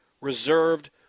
reserved